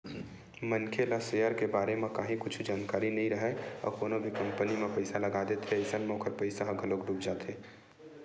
मनखे ला सेयर के बारे म काहि कुछु जानकारी नइ राहय अउ कोनो भी कंपनी म पइसा लगा देथे अइसन म ओखर पइसा ह घलोक डूब जाथे